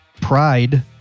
pride